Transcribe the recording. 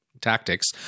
tactics